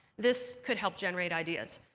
this could help generate ideas.